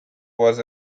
was